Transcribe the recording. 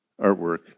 Artwork